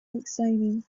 exciting